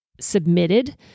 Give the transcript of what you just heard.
submitted